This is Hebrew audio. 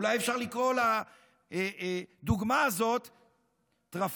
אולי אפשר לקרוא לדוגמה הזאת טרפארסה,